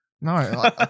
No